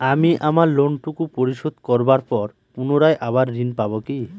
আমি আমার লোন টুকু পরিশোধ করবার পর পুনরায় আবার ঋণ পাবো কি?